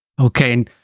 Okay